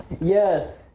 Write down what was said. Yes